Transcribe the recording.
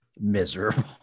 Miserable